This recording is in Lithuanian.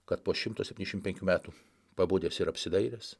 kad po šimto septyniasdešim penkių metų pabudęs ir apsidairęs